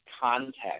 context